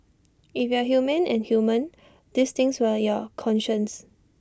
if you are human and human these things will your conscience